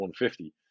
150